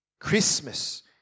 Christmas